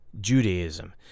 judaism